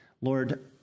Lord